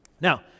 Now